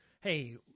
Hey